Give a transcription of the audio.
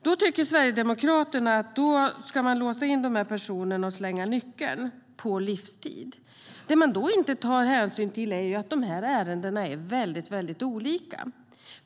Då tycker Sverigedemokraterna att man ska låsa in dessa personer på livstid och slänga nyckeln. Det som de då inte tar hänsyn till är att dessa ärenden är väldigt olika.